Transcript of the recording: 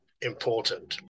important